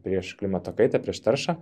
prieš klimato kaitą prieš taršą